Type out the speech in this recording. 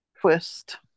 Twist